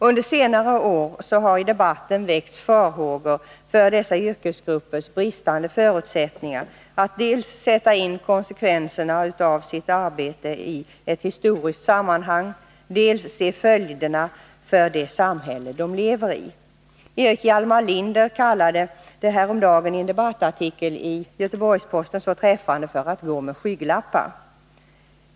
Under senare år har i debatten väckts farhågor för dessa yrkesgruppers bristande förutsättningar att dels sätta in konsekvenserna av sitt arbete i ett historiskt sammanhang, dels se följderna för det samhälle de lever i. Erik Hjalmar Linder kallade det häromdagen i en debattartikel i Göteborgs Posten så träffande för att ”gå med skygglappar”.